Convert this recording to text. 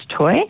toy